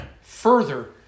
Further